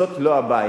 זאת לא הבעיה.